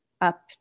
up